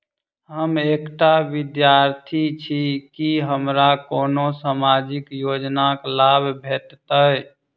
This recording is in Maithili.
हम एकटा विद्यार्थी छी, की हमरा कोनो सामाजिक योजनाक लाभ भेटतय?